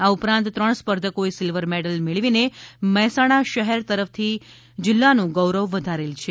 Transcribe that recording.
આ ઉપરાંત ત્રણ સ્પર્ધકોએ સિલ્વર મેડલ મેળવીને મહેસાણા શહેર સહિત જિલ્લાનું ગૌરવ વધારેલ છે